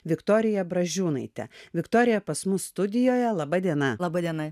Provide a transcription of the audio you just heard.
viktorija bražiūnaite viktorija pas mus studijoje laba diena laba diena